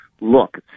look